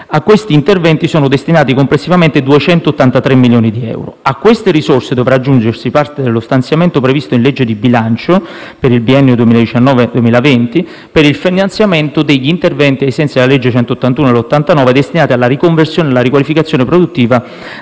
a questi interventi sono destinati complessivamente 283 milioni di euro. A queste risorse dovrà aggiungersi parte dello stanziamento previsto in legge di bilancio, per il biennio 2019-2020, per il finanziamento degli interventi ai sensi della legge n. 181 del 1989, destinati alla riconversione e alla riqualificazione produttiva